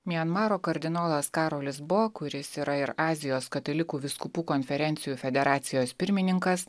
mianmaro kardinolas karolis bo kuris yra ir azijos katalikų vyskupų konferencijų federacijos pirmininkas